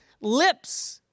lips